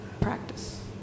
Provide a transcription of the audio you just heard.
practice